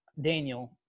Daniel